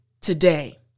today